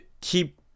keep